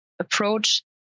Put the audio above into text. approach